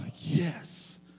yes